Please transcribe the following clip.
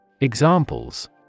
Examples